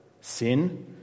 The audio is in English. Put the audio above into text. sin